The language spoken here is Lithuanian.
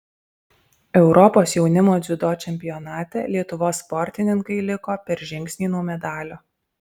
europos jaunimo dziudo čempionate lietuvos sportininkai liko per žingsnį nuo medalio